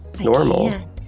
Normal